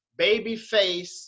Babyface